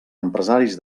empresaris